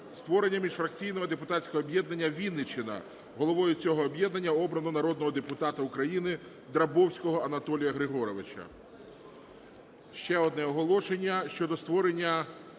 створення міжфракційного депутатського об'єднання "Вінниччина". Головою цього об'єднання обрано народного депутата України Драбовського Анатолія Григоровича.